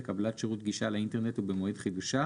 לקבלת שירות גישה לאינטרנט ובמועד חידושה